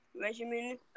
regimen